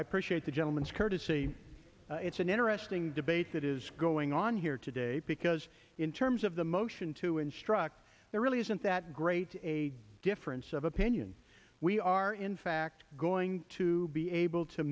purchased the gentleman's courtesy it's an interesting debate that is going on here today because in terms of the motion to instruct there really isn't that great a difference of opinion we are in fact going to be able to